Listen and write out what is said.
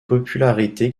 popularité